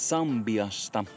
Sambiasta